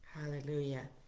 Hallelujah